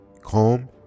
calm